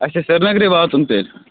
اَسہِ چھا سرینگرے واتُن تیٚلہِ